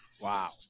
Wow